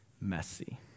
messy